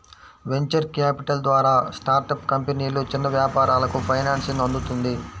venture capital ద్వారా startup కంపెనీలు, చిన్న వ్యాపారాలకు ఫైనాన్సింగ్ అందుతుంది